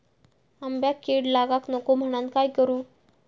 आंब्यक कीड लागाक नको म्हनान काय करू?